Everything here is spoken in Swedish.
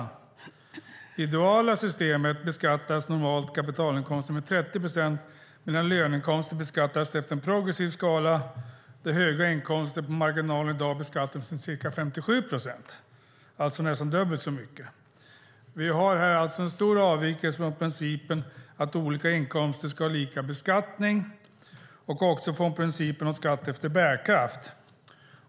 I det duala systemet beskattas normalt kapitalinkomster med 30 procent medan löneinkomster beskattas efter en progressiv skala där höga inkomster på marginalen i dag beskattas med ca 57 procent, det vill säga nästan dubbelt så mycket. Här har vi alltså en stor avvikelse från principen att olika inkomster ska ha lika beskattning och också från principen om skatt efter bärkraft.